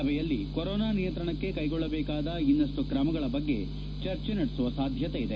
ಸಭೆಯಲ್ಲಿ ಕೊರೊನಾ ನಿಯಂತ್ರಣಕ್ಕೆ ಕೈಗೊಳ್ಳಬೇಕಾದ ಇನ್ನಷ್ಟು ತ್ರಮಗಳ ಬಗ್ಗೆ ಚರ್ಚೆ ನಡೆಸುವ ಸಾಧ್ಯತೆ ಇದೆ